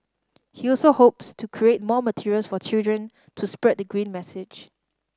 he also hopes to create more materials for children to spread the green message